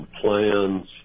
plans